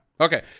Okay